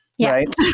right